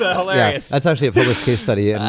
hilarious that's actually a foolish case study. yeah